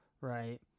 right